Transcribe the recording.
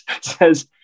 says